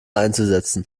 einzusetzen